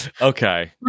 okay